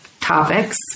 topics